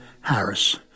Harris